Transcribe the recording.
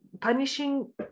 punishing